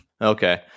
Okay